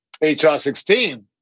HR-16